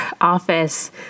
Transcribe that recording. office